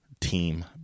team